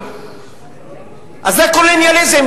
זה קולוניאליזם,